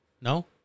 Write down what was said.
No